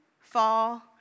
fall